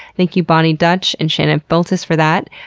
thank you boni dutch and shannon feltus for that.